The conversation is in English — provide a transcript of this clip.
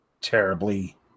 terribly